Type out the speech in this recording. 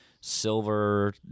silver